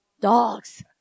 dogs